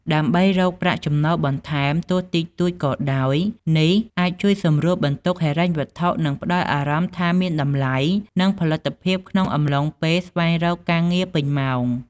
ដើម្បីរកប្រាក់ចំណូលបន្ថែមទោះតិចតួចក៏ដោយនេះអាចជួយសម្រាលបន្ទុកហិរញ្ញវត្ថុ និងផ្ដល់អារម្មណ៍ថាមានតម្លៃ និងផលិតភាពក្នុងអំឡុងពេលស្វែងរកការងារពេញម៉ោង។